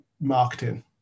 marketing